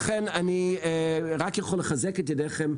במדינת ישראל היום כרבע מצריכת האנרגיה עדיין מפחם,